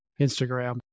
Instagram